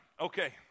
Okay